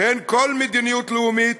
אין כל מדיניות לאומית